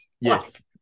yes